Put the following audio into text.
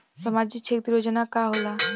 सामाजिक क्षेत्र योजना का होला?